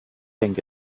think